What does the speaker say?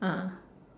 ah